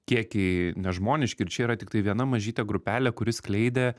kiekiai nežmoniški ir čia yra tiktai viena mažytė grupelė kuri skleidė